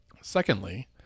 Secondly